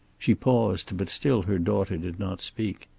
she paused but still her daughter did not speak.